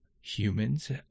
Humans